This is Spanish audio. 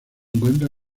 encuentra